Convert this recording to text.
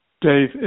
Dave